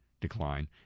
decline